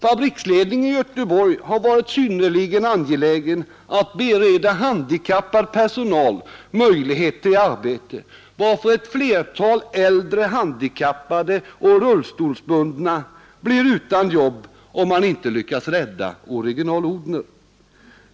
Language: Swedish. Fabriksledningen i Göteborg har varit synnerligen angelägen att bereda handikappad personal möjlighet till arbete, varför ett flertal äldre handikappade och rullstolsbundna blir utan jobb, om man inte lyckas rädda Original Odhner.